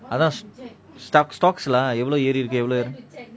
அதன்:athan stuck stocks lah எவ்ளோ ஏறி இருக்கு எவ்ளோ:evlo eari iruku evlo